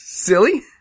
silly